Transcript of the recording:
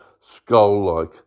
skull-like